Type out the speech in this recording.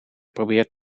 probeert